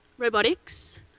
robotics,